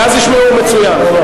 ואז ישמעו מצוין.